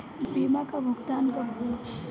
बीमा का भुगतान कब होइ?